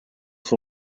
son